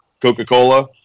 coca-cola